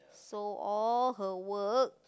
so all her work